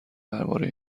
درباره